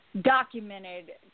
documented